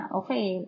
okay